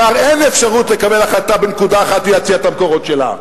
אמר: אין אפשרות לקבל החלטה בנקודה אחת בלי להציע את המקורות שלה,